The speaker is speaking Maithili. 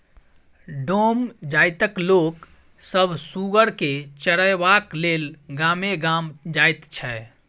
डोम जाइतक लोक सभ सुगर के चरयबाक लेल गामे गाम जाइत छै